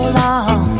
long